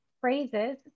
phrases